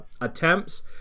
attempts